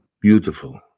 Beautiful